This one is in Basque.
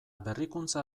berrikuntza